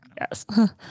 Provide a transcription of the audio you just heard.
Yes